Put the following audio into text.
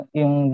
yung